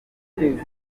murenge